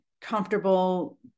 comfortable